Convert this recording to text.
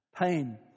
Pain